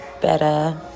better